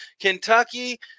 Kentucky